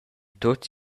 tuts